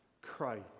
Christ